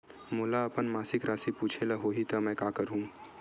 मोला अपन मासिक राशि पूछे ल होही त मैं का करहु?